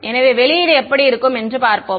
எனவே வெளியீடு எப்படி இருக்கும் என்று பார்ப்போம்